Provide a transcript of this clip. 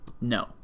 no